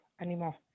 anymore